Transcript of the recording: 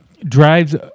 drives